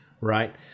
Right